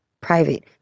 private